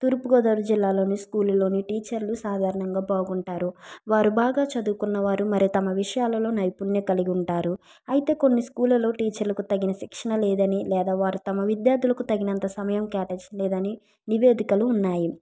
తూర్పుగోదావరి జిల్లాలోని స్కూల్లలో టీచర్లు సాధారణంగా బాగుంటారు వారు బాగా చదువుకున్న వారు మరి తమ విషయాలలో నైపుణ్యం కలిగి ఉంటారు అయితే కొన్ని స్కూళ్ళలో టీచర్లకు తగిన శిక్షణ లేదని లేదా వారి తమ విద్యార్థులకు తగినంత సమయం కేటాయించడం లేదని నివేదికలు ఉన్నాయి